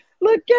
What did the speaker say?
look